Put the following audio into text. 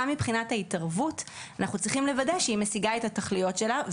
גם מבחינת ההתערבות אנחנו צריכים לוודא שהיא משיגה את התכליות שלה.